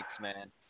man